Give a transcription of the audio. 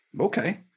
Okay